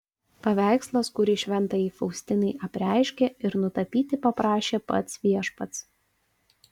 paveikslas kurį šventajai faustinai apreiškė ir nutapyti paprašė pats viešpats